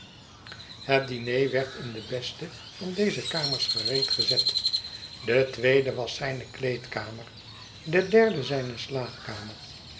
het diner werd in de beste van deze kamers gereedgezet de tweede was zijne kleedkamer de derde zijne slaapkamer